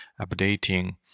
updating